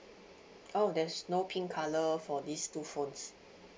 oh there's no pink color for these two phones